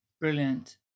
brilliant